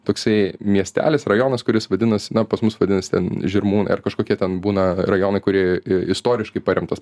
toksai miestelis rajonas kuris vadinasi na pas mus vadinasi ten žirmūnai ar kažkokie ten būna rajonai kurie istoriškai paremtas